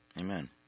Amen